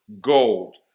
gold